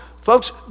Folks